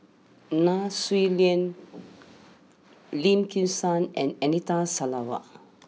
Nai Swee Leng Lim Kim San and Anita Sarawak